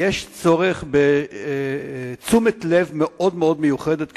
יש צורך בתשומת לב מאוד מאוד מיוחדת,